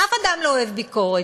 אין אדם שאוהב ביקורת,